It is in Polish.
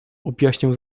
objaśniał